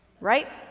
right